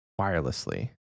wirelessly